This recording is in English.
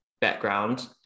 background